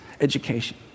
education